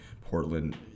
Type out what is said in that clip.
Portland